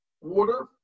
water